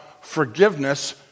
forgiveness